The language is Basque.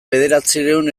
bederatziehun